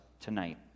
tonight